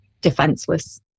defenseless